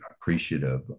appreciative